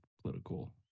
political